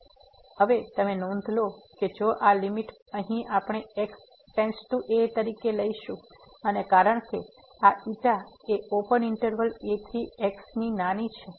તેથી હવે તમે નોંધ લો કે જો આ લીમીટ અહીં આપણે x → a તરીકે લઈશું અને કારણ કે આ ξ એ ઓપન ઈન્ટરવલ a થી x ની છે